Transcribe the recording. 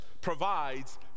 Provides